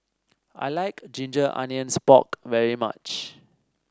I like Ginger Onions Pork very much